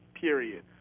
period